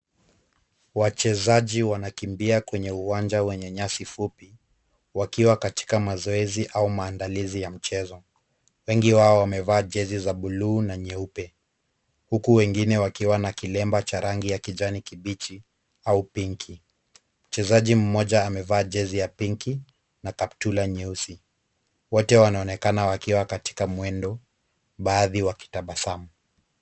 Wachezaji wanakimbia kwenye uwanja wenye nyasi fupi, wakiwa katika mazoezi au maandalizi ya mchezo, wengi wao wamevaa jezi za buluu na nyeupe, huku wengine wakiwa na kilemba cha rangi ya kijani kibichi au pinki, mchezaji mmoja amevaa jezi ya pinki na kaptula nyeusi, wote wanaonekana wakiwa katika mwendo, baadhi wakitabasamu.